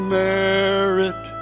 merit